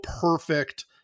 perfect